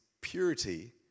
purity